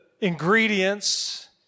ingredients